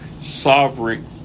sovereign